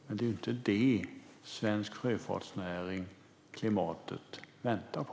Det är dock inte det som svensk sjöfartsnäring och klimatet väntar på.